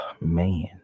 Man